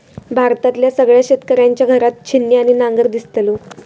भारतातल्या सगळ्या शेतकऱ्यांच्या घरात छिन्नी आणि नांगर दिसतलो